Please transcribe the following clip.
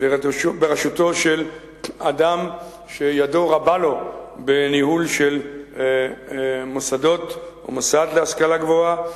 בראשותו של אדם שידיו רב לו בניהול של מוסדות ומוסד להשכלה גבוהה,